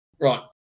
Right